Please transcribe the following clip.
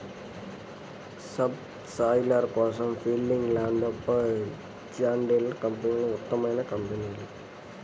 sub soiler కోసం Fieldking, Landforce, John Deere కంపెనీలు ఉత్తమమైన కంపెనీలు